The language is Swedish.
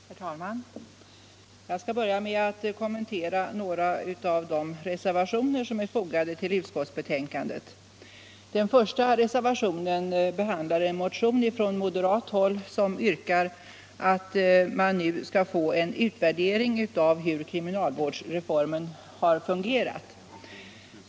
Herr talman! Jag skall börja med att kommentera några av de reservationer som är fogade till utskottsbetänkandet. Den första reservationen behandlar en motion från moderat håll, som yrkar på en utvärdering av hur kriminalvårdsreformen har fungerat.